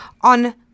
on